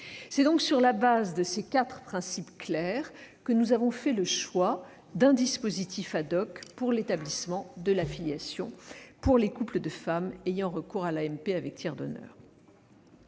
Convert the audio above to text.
C'est donc sur la base de ces quatre principes clairs que nous avons fait le choix d'un dispositif pour l'établissement de la filiation pour les couples de femmes ayant recours à l'AMP avec tiers donneur.